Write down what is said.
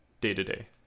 day-to-day